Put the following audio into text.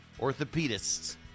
orthopedists